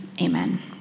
Amen